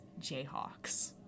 Jayhawks